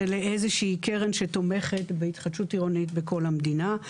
לאיזה שהיא קרן שתומכת בהתחדשות עירונית בכל המדינה.